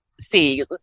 see